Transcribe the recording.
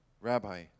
Rabbi